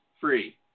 free